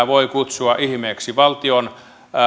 voi kutsua ihmeeksi valtion